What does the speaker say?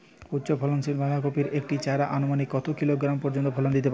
উচ্চ ফলনশীল বাঁধাকপির একটি চারা আনুমানিক কত কিলোগ্রাম পর্যন্ত ফলন দিতে পারে?